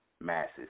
masses